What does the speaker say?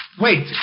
Wait